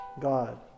god